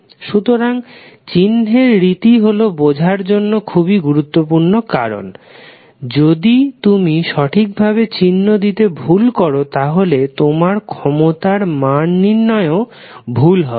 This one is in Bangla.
সুতরাং চিহ্নের রীতি হল বোঝার জন্য খুবই গুরুত্বপূর্ণ কারণ যদি তুমি সঠিকভাবে চিহ্ন দিতে ভুল করো তাহলে তোমার ক্ষমতার মান নির্ণয়েও ভুল হবে